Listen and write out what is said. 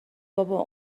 بابا